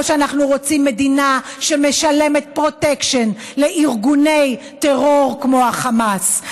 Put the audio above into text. או שאנחנו רוצים מדינה שמשלמת פרוטקשן לארגוני טרור כמו החמאס?